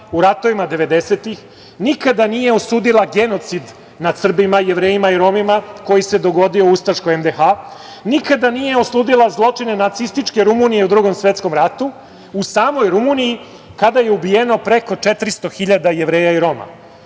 u ratovima 1990-tih, nikada nije osudila genocid nad Srbima, Jevrejima i Romima koji se dogodio u ustaškoj NDH, nikada nije osudila zločine nacističke Rumunije u Drugom svetskom ratu, u samoj Rumuniji kada je ubijeno preko 400 hiljada Jevreja i Roma